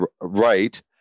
right